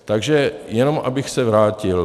Takže jenom abych se vrátil.